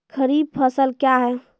खरीफ फसल क्या हैं?